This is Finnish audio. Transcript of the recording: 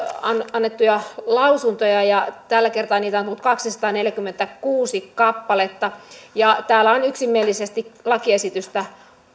annettuja lausuntoja tällä kertaa niitä on tullut kaksisataaneljäkymmentäkuusi kappaletta ja niissä on yksimielisesti lakiesitystä